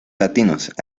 latinos